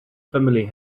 family